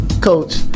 Coach